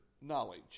knowledge